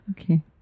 Okay